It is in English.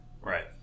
Right